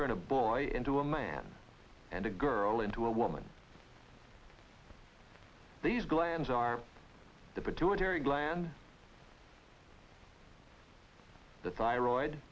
turn a boy into a man and a girl into a woman these glands are the pituitary gland the thyroid